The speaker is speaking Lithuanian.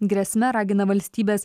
grėsme ragina valstybes